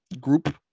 group